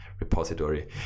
repository